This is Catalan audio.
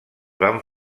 van